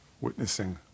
Witnessing